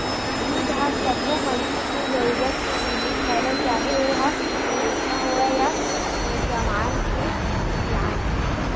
दूद ह सब्बो मनखे के जरूरत के जिनिस हरय चाहे ओ ह लइका होवय ते जवान ते सियान